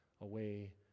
away